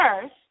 first